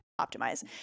optimize